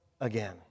again